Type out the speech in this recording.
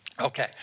Okay